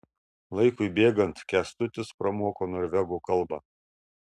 laikui bėgant kęstutis pramoko norvegų kalbą